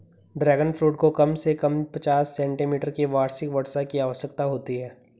dragon fruit को कम से कम पचास सेंटीमीटर की वार्षिक वर्षा की आवश्यकता होती है